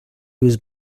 was